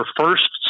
first